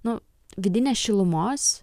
nu vidinės šilumos